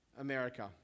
America